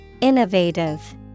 Innovative